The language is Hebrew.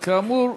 כאמור,